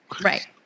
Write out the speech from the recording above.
Right